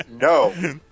No